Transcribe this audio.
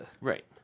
right